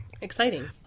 exciting